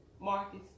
Marcus